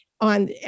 On